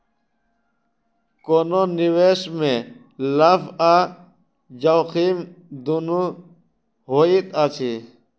कोनो निवेश में लाभ आ जोखिम दुनू होइत अछि